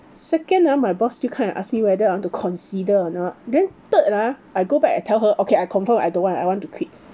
second ah my boss still come and ask me whether I want to consider or not then third ah I go back I tell her okay I confirm I don't want I want to quit